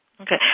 Okay